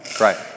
Right